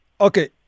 Okay